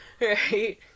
Right